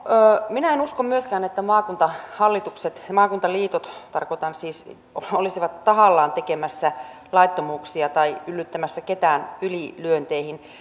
minä en usko myöskään että maakuntahallitukset ja maakuntaliitot olisivat tarkoitan siis että olisivat tahallaan tekemässä laittomuuksia tai yllyttämässä ketään ylilyönteihin